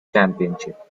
championship